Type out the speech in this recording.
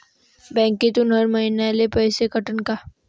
बँकेतून हर महिन्याले पैसा कटन का?